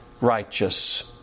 righteous